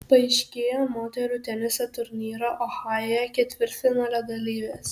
paaiškėjo moterų teniso turnyro ohajuje ketvirtfinalio dalyvės